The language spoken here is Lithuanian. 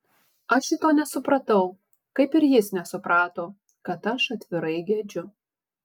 aš šito nesupratau kaip ir jis nesuprato kad aš atvirai gedžiu